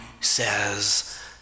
says